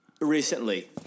recently